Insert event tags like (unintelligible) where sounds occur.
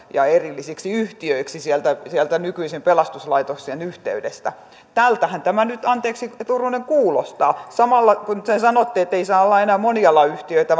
(unintelligible) ja erillisiksi yhtiöiksi sieltä sieltä nykyisen pelastuslaitoksen yhteydestä tältähän tämä nyt anteeksi turunen kuulostaa samalla te sanotte että ei saa olla enää monialayhtiöitä (unintelligible)